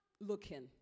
looking